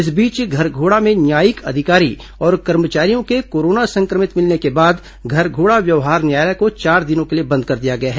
इस बीच घरघोड़ा में न्यायिक अधिकारी और कर्मचारियों के कोरोना संक्रमित मिलने के बाद घरघोड़ा व्यवहार न्यायालय को चार दिनों के लिए बंद कर दिया गया है